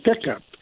pickup